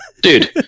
dude